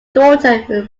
daughter